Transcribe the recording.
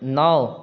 नओ